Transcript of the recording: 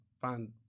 find